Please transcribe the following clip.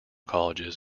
colleges